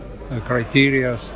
criteria